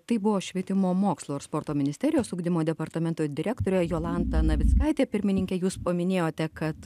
tai buvo švietimo mokslo ir sporto ministerijos ugdymo departamento direktorė jolanta navickaitė pirmininke jūs paminėjote kad